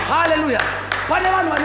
Hallelujah